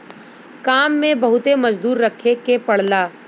काम में बहुते मजदूर रखे के पड़ला